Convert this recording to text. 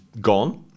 gone